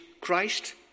Christ